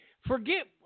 Forget